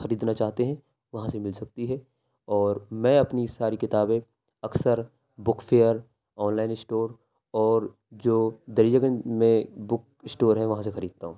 خریدنا چاہتے ہیں وہاں سے مل سکتی ہے اور میں اپنی ساری کتابیں اکثر book fair online store اور جو دریا گنج میں بک اسٹور ہے وہاں سے خریدتا ہوں